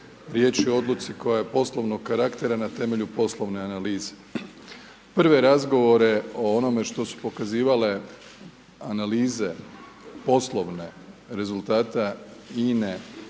riječ je o odluci koja je poslovnog karaktera na temelju poslovne analize. Prve razgovore o onome što su pokazivale analize poslovne rezultata INA-e